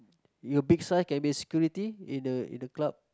you big size can be security in the in the club